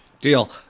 Deal